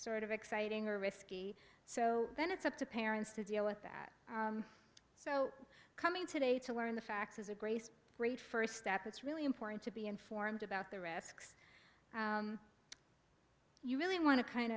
sort of exciting or risky so then it's up to parents to deal with that so coming today to learn the facts is a grace great first step it's really important to be informed about the risks you really want to kind